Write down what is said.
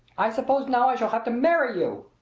i suppose now i shall have to marry you!